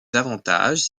avantages